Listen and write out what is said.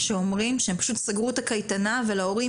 שאומרים שהם פשוט סגרו את הקייטנה ולהורים